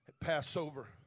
Passover